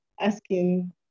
asking